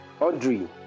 Audrey